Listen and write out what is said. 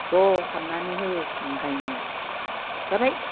ज' हाबनानै होसिगोन गायनाया जाबाय